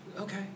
Okay